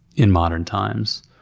in modern times.